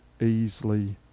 easily